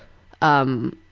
um,